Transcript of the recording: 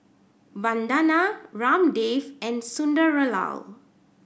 Vandana Ramdev and Sunderlal